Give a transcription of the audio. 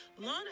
Lana